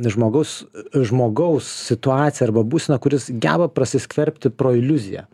žmogaus žmogaus situaciją arba būseną kur jis geba prasiskverbti pro iliuziją